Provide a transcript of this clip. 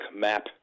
map